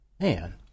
man